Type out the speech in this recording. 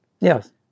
Yes